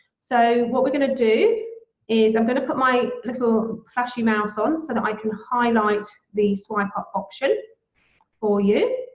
so what we're gonna do is i'm gonna put my little mouse ah and so that i can highlight the swipe up option for you.